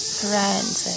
friends